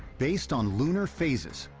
based on lunar phases,